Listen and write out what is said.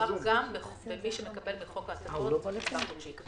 מדובר גם במי שמקבל בחוק ההטבות קצבה חודשית.